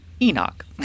Enoch